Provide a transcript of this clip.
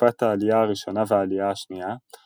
תקופת העלייה הראשונה והעלייה השנייה,